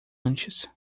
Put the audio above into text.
antes